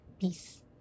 peace